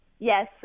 Yes